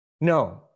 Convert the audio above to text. no